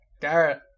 Garrett